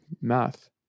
math